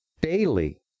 daily